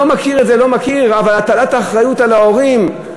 לא מכיר את זה, אבל הטלת האחריות על ההורים,